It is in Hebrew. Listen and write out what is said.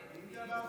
איתמר בן גביר.